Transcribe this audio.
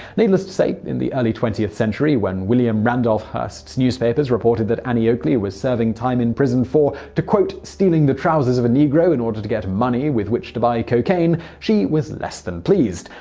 needless to say, in the early twentieth century when william randolph hearst's newspapers reported that annie oakley was serving time in prison for stealing the trousers of a negro in order to get money with which to buy cocaine, she was less than pleased.